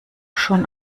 schon